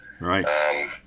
Right